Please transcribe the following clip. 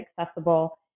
accessible